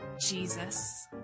Jesus